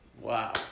Wow